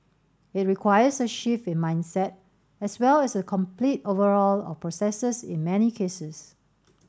it requires a shift in mindset as well as a complete overhaul of processes in many cases